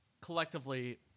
collectively